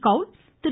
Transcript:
கவுல் திரு